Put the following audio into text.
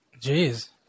Jeez